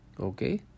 Okay